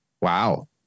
Wow